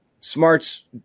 smarts